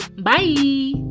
bye